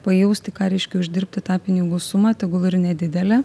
pajausti ką reiškia uždirbti tą pinigų sumą tegul ir nedidelę